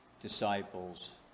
disciples